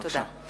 תודה.